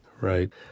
Right